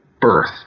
birth